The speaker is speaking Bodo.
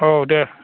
औ दे